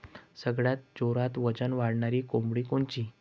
सगळ्यात जोरात वजन वाढणारी कोंबडी कोनची?